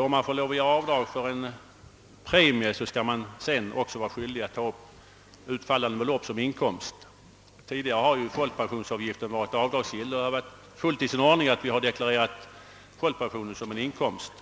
Om man får lov att göra avdrag för en premie är man också skyldig att ta upp utfallande belopp som inkomst. Tidigare har ju folkpensionsavgiften varit avdragsgill och det har varit fullt i sin ordning att folkpensionen deklarerats som inkomst.